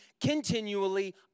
continually